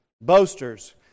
boasters